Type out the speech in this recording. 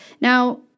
Now